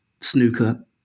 snooker